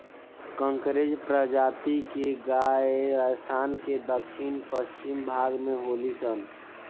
कांकरेज प्रजाति के गाय राजस्थान के दक्षिण पश्चिम भाग में होली सन